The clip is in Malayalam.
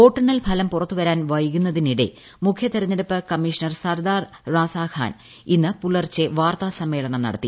വോട്ടെണ്ണൽ ഫലം പുറത്തുവരാൻ വൈകുന്നതിനിടെ മുഖ്യ തെരഞ്ഞെടുപ്പ് കമ്മീഷണർ സർദാർ റാസഖാൻ ഇന്ന് പുലർച്ചെ വാർത്താസമ്മേളനം നടത്തി